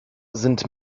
sind